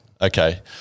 Okay